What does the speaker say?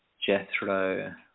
Jethro